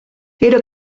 era